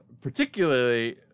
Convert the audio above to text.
particularly